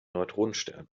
neutronenstern